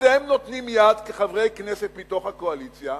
אתם נותנים יד כחברי כנסת מתוך הקואליציה,